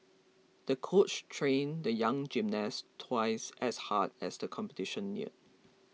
the coach trained the young gymnast twice as hard as the competition neared